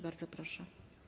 Bardzo proszę.